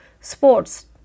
sports